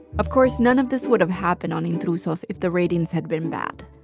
of course, none of this would have happened on intrusos if the ratings had been bad.